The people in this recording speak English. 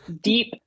deep